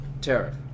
tariff